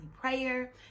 prayer